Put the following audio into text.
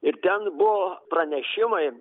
ir ten buvo pranešimai